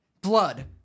Blood